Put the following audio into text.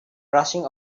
rushing